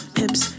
hips